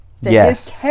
Yes